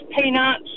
peanuts